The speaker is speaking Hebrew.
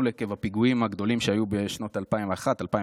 עקב הפיגועים הגדולים שהיו בשנים 2002-2001,